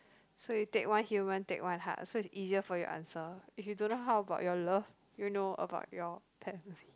so you take one human take one hard so it's easier for you answer if you don't know how about your love you know about your talent